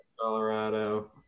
Colorado